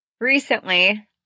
Recently